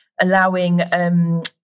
allowing